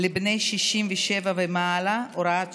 לבני 67 ומעלה (הוראת שעה,